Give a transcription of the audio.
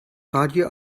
radio